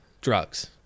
drugs